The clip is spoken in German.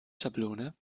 schablone